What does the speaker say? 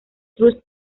trust